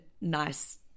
nice